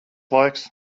laiks